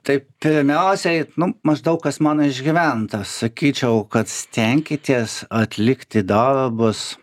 tai pirmiausiai nu maždaug kas mano išgyventa sakyčiau kad stenkitės atlikti darbus